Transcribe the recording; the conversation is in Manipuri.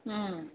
ꯎꯝ